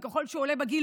וככל שהוא עולה בגיל,